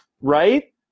right